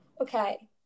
Okay